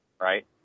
right